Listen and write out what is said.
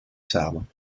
samen